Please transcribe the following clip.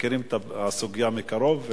שמכירים את הסוגיה מקרוב.